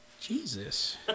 Jesus